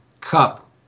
cup